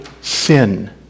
sin